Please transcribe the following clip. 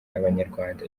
abanyarwanda